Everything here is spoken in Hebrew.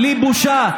בלי בושה,